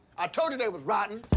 i told you they was rotten.